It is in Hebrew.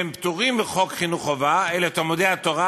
שהם פטורים מחוק חינוך חובה, אלה תלמודי-התורה.